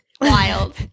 wild